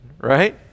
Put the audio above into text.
right